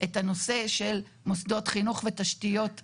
את הנושא של מוסדות חינוך ותשתיות ארציות.